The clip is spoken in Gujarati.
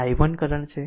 આમ આ i1 કરંટ છે